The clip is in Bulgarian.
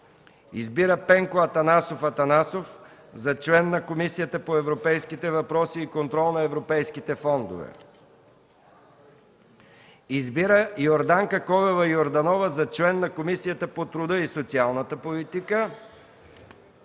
Пенко Атанасов Атанасов за член на Комисията по европейските въпроси и контрол на европейските фондове, Йорданка Колева Йорданова за член на Комисията по труда и социалната политика,